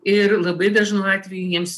ir labai dažnu atveju jiems